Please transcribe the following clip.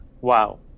Wow